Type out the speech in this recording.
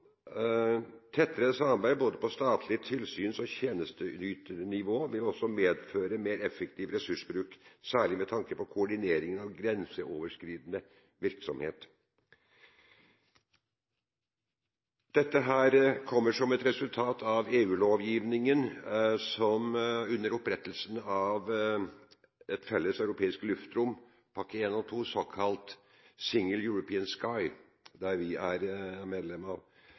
Tettere samarbeid på både statlig nivå og tilsyns- og tjenesteyternivå vil også medføre en mer effektiv ressursbruk, særlig med tanke på koordineringen av grenseoverskridende virksomhet. Dette kommer som et resultat av EU-lovgivningen om opprettelsen av Det felles europeiske luftrom, pakkene I og II, såkalt Single European Sky, som vi er medlem av.